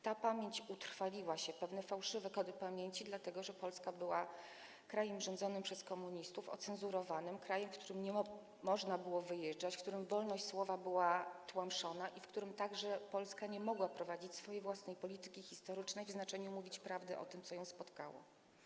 Ta pamięć utrwaliła się, pewne fałszywe kody pamięci, dlatego że Polska była krajem rządzonym przez komunistów, ocenzurowanym, krajem, z którego nie można było wyjeżdżać, w którym wolność słowa była tłamszona, i Polska nie mogła prowadzić swojej własnej polityki historycznej w znaczeniu: mówić prawdę o tym, co ją spotkało.